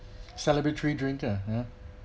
celebrity drink uh